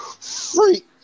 free